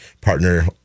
partner